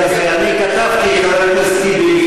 אני מציע לא להיכנס לנושא הזה.